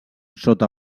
sota